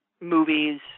movies